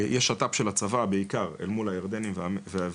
יש שת"פ של הצבא בעיקר אל מול הירדנים והמצרים.